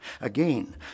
Again